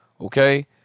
okay